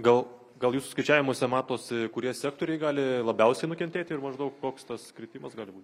gal gal jūsų skaičiavimuose matosi kurie sektoriai gali labiausiai nukentėti ir maždaug koks tas kritimas gali būt